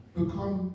become